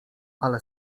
ale